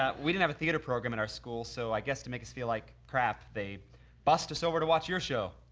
ah we didn't have a theater program in our school. so i guess to make us feel like crap they bused us over to watch your show.